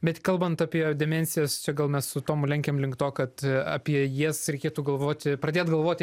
bet kalbant apie demencijas čia gal mes su tomu lenkiam link to kad apie jas reikėtų galvoti pradėt galvoti